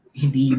hindi